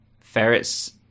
ferrets